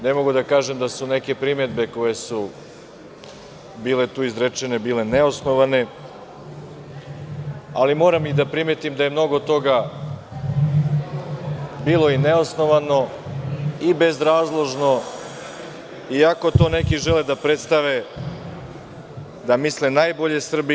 Ne mogu da kažem da su neke primedbe, koje su bile tu izrečene, bile neosnovane, ali moram da primetim da je mnogo toga bilo neosnovano, bezrazložno, iako to neki žele da predstave da misle najbolje Srbiji.